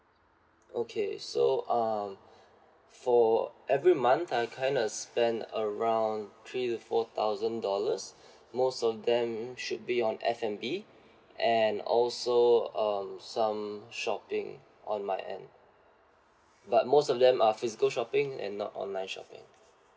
okay so um for every month I kind of spend around three to four thousand dollars most of them should be on F and B and also um some shopping on my end but most of them are physical shopping and not online shopping